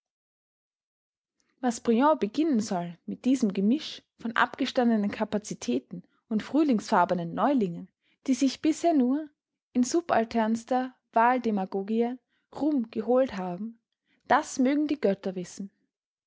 was briand beginnen soll mit diesem gemisch von abgestandenen kapazitäten und frühlingsfarbenen neulingen die sich bisher nur in subalternster wahldemagogie ruhm geholt haben das mögen die götter wissen